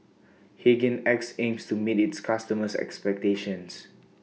Hygin X aims to meet its customers' expectations